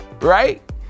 right